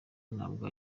ntabwo